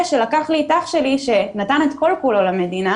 זה שלקח לי את אח שלי שנתן את כל כולו למדינה,